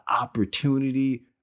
opportunity